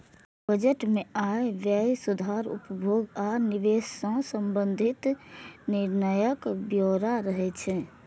budget मे आय, व्यय, उधार, उपभोग आ निवेश सं संबंधित निर्णयक ब्यौरा रहै छै